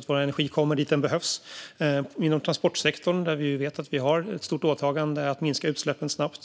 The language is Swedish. att vår energi kommer dit den behövs. Det gäller inom transportsektorn, där vi vet att vi har ett stort åtagande att minska utsläppen snabbt.